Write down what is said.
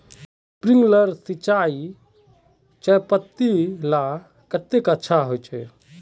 Sprinkler सिंचाई चयपत्ति लार केते अच्छा होचए?